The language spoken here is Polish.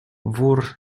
wór